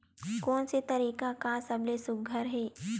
कोन से तरीका का सबले सुघ्घर हे?